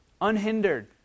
unhindered